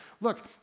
Look